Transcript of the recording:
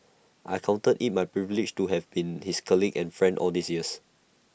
I counted IT my privilege to have been his colleague and friend all these years